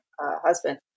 husband